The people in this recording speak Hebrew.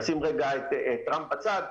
נשים רגע את טראמפ בצד,